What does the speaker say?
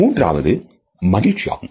மூன்றாவது மகிழ்ச்சியாகும்